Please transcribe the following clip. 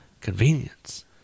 convenience